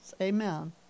Amen